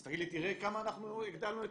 אז תגיד לי תראה כמה אנחנו הגדלנו את